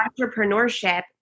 entrepreneurship